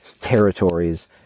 territories